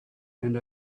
and